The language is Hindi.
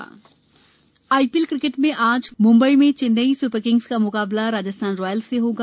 आईपीएल आईपीएल क्रिकेट में आज मुंबई में चेन्नई स्पर किंग्स का मुकाबला राजस्थान रॉयल्स से होगा